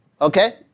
Okay